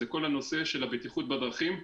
זה כל הנושא של הבטיחות בדרכים.